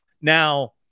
Now